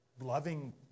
loving